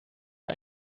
der